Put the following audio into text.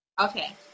Okay